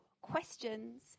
questions